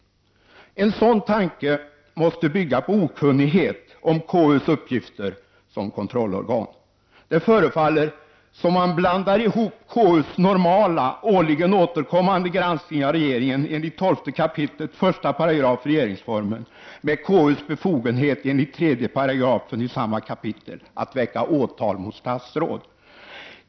En sådan tanke måste bygga på okunnighet om KUs uppgifter som kontrollorgan. Det förefaller vara så, att man blandar ihop KUs normala, årligen återkommande granskning av regeringen enligt 12 kap. 1§ regeringsformen med konstitutionsutskottets befogenheter enligt 3 § i samma kapitel när det gäller att väcka åtal mot statsråd.